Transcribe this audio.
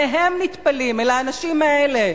אליהם נטפלים, אל האנשים האלה.